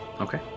Okay